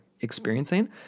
experiencing